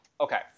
Okay